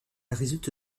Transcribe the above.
résulte